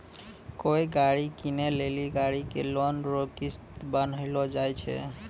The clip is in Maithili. कोय गाड़ी कीनै लेली गाड़ी के लोन रो किस्त बान्हलो जाय छै